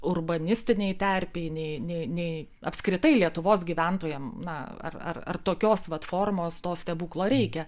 urbanistinėj terpėj nei nei nei apskritai lietuvos gyventojam na ar ar tokios vat formos to stebuklo reikia